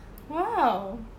!wow!